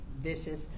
vicious